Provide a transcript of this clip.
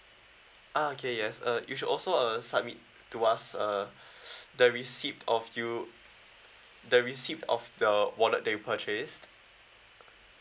ah okay yes uh you should also uh submit to us uh the receipt of you the receipt of the wallet that you purchased